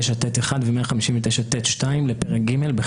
ו'1.